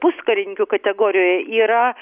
puskarininkių kategorijoj yra